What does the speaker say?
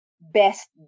best